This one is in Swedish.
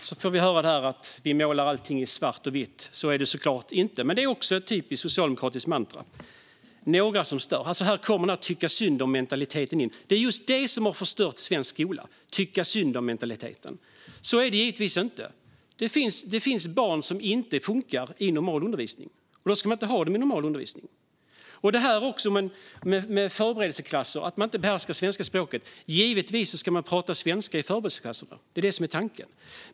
Herr talman! Så får vi höra att vi målar allting i svart och vitt. Så är det såklart inte, men det är också ett typiskt socialdemokratiskt mantra. "Några som stör." Här kommer tycka-synd-om-mentaliteten in - just den tycka-synd-om-mentalitet som har förstört svensk skola. Så är det givetvis inte. Det finns barn som inte funkar i normal undervisning, och då ska man inte ha dem i normal undervisning. I fråga om förberedelseklasser och att man inte behärskar svenska språket ska man givetvis prata svenska i förberedelseklasserna. Det är det som är tanken.